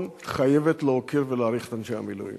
חייבת להוקיר ולהעריך את אנשי המילואים.